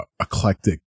eclectic